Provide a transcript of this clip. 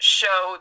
show